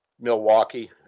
Milwaukee